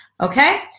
Okay